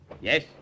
Yes